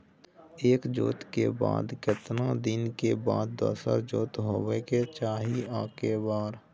एक जोत के बाद केतना दिन के बाद दोसर जोत होबाक चाही आ के बेर?